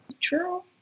True